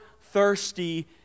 thirsty